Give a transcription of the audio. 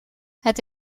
het